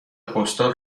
پستال